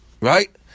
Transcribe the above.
Right